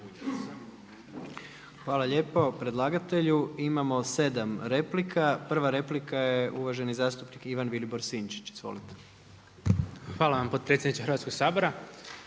Hvala lijepo predlagatelju. Imamo 7 replika. Prva replika je uvaženi zastupnik Ivan Vilibor Sinčić. Izvolite. **Sinčić, Ivan Vilibor